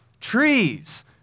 Trees